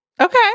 Okay